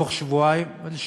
בתוך שבועיים, איזה שבועיים?